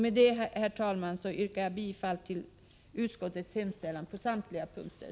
Med detta, herr talman, yrkar jag bifall till utskottets hemställan på samtliga punkter.